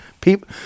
People